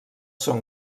són